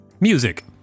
Music